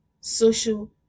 social